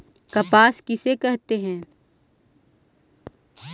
कपास किसे कहते हैं?